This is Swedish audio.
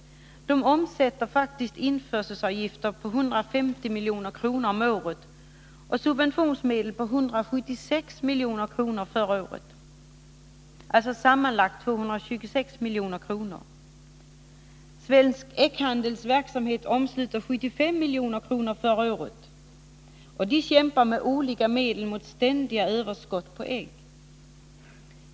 Denna förening omsätter faktiskt införselavgifter på 150 milj.kr. om året och subventionsmedel uppgående till 176 milj.kr. förra året, alltså sammanlagt 326 milj.kr. Svensk Ägghandels verksamhet omslöt förra året 75 milj.kr., och den föreningen kämpar med olika medel mot ständiga överskott på ägg.